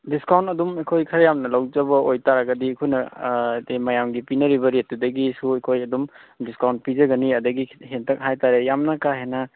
discount ꯑꯗꯨꯝ ꯑꯩꯈꯣꯏ ꯈꯔ ꯌꯥꯝꯅ ꯂꯧꯖꯕ ꯑꯣꯏꯇꯥꯔꯒꯗꯤ ꯑꯩꯈꯣꯏꯅ ꯍꯥꯏꯗꯤ ꯃꯌꯥꯝꯒꯤ ꯄꯤꯅꯔꯤꯕ ꯔꯦꯠꯇꯨꯗꯒꯤꯁꯨ ꯑꯩꯈꯣꯏ ꯑꯗꯨꯝ ꯗꯤꯁꯀꯥꯎꯟ ꯄꯤꯖꯒꯅꯤ ꯑꯗꯒꯤ ꯍꯦꯟꯇꯛ ꯍꯥꯏꯇꯥꯔꯦ ꯌꯥꯝꯅ ꯀꯥ ꯍꯦꯟꯅ